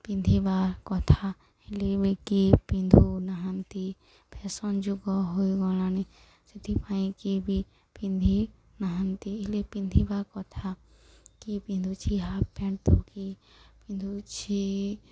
ପିନ୍ଧିବା କଥା ହେଲେ ଏବେ କିଏ ପିନ୍ଧୁ ନାହାନ୍ତି ଫ୍ୟାସନ୍ ଯୁଗ ହୋଇଗଲାଣି ସେଥିପାଇଁ କିଏ ବି ପିନ୍ଧି ନାହାନ୍ତି ହେଲେ ପିନ୍ଧିବା କଥା କିଏ ପିନ୍ଧୁଛି ହାଫ୍ ପ୍ୟାଣ୍ଟ ତ କିଏ ପିନ୍ଧୁଛି